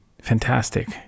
fantastic